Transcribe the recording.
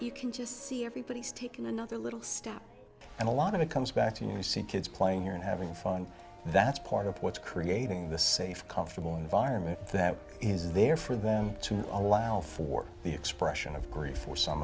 you can just see everybody's taking another little step and a lot of it comes back to you see kids playing here and having fun that's part of what's creating the safe comfortable environment that is there for them to allow for the expression of grief or some